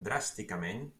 dràsticament